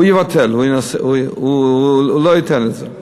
הוא יבטל, הוא לא ייתן את זה.